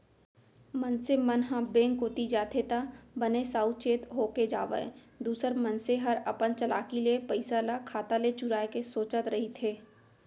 मनसे मन ह बेंक कोती जाथे त बने साउ चेत होके जावय दूसर मनसे हर अपन चलाकी ले पइसा ल खाता ले चुराय के सोचत रहिथे